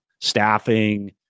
staffing